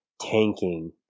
tanking